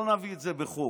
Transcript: לא נביא את זה בחוק.